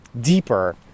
deeper